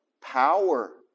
power